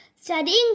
studying